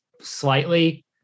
slightly